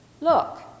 look